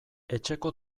etxeko